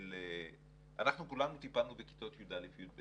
אנחנו כולנו טיפלנו בכיתות י"א-י"ב,